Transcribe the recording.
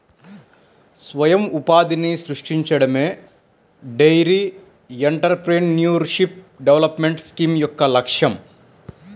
స్వయం ఉపాధిని సృష్టించడమే డెయిరీ ఎంటర్ప్రెన్యూర్షిప్ డెవలప్మెంట్ స్కీమ్ యొక్క లక్ష్యం